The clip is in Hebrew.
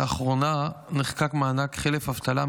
לאחרונה נחקק מענק חלף אבטלה,